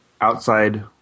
outside